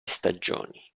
stagioni